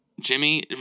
Jimmy